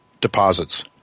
deposits